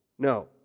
No